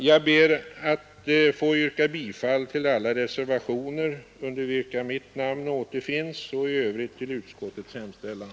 Jag ber att få yrka bifall till alla reservationer under vilka mitt namn återfinns och i övrigt till civilutskottets hemställan.